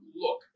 look